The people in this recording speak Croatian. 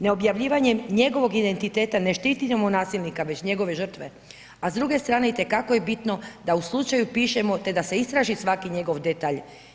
Neobjavljivanjem njegovog identiteta ne štitimo nasilnika već njegove žrtve, a s druge strane itekako je bitno da o slučaju pišemo te da se istraži svaki njegov detalj.